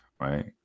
right